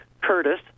Curtis